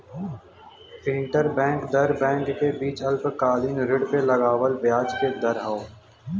interbank दर bank के बीच अल्पकालिक ऋण पे लगावल ब्याज क दर हौ